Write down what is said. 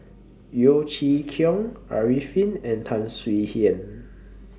Yeo Chee Kiong Arifin and Tan Swie Hian